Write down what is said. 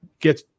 get